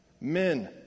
men